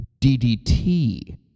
DDT